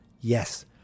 Yes